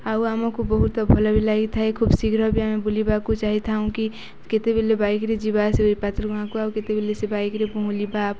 ଆଉ ଆମକୁ ବହୁତ ଭଲ ବି ଲାଗିଥାଏ ଖୁବ୍ ଶୀଘ୍ର ବି ଆମେ ବୁଲିବାକୁ ଚାହିଁଥାଉଁ କି କେତେବେଲେ ବାଇକ୍ରେ ଯିବା ସେ ପାତ୍ର ଗାଁକୁ ଆଉ କେତେବେଲେ ସେ ବାଇକ୍ରେ ବୁଲିବା